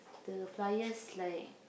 the flyers like